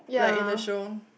ya